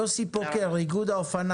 ששי שדה, ההסתדרות